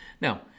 Now